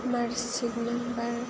मार्शिट number